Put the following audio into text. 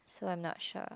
so I'm not sure